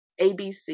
ABC